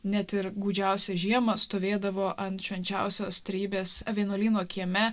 net ir gūdžiausią žiemą stovėdavo ant švenčiausios trejybės vienuolyno kieme